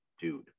dude